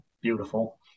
beautiful